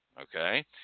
okay